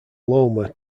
loma